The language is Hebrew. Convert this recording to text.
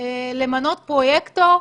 הסרטון